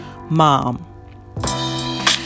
mom